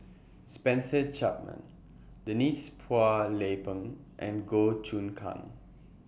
Spencer Chapman Denise Phua Lay Peng and Goh Choon Kang